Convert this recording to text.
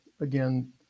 again